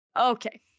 Okay